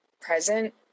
present